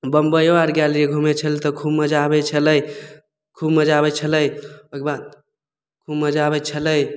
बम्बइयो आर गेल रहियै घुमय छल तऽ खूब मजा आबय छलै खूब मजा आबय छलै ओइके बाद खूब मजा आबय छलै